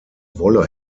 wolle